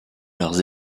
leurs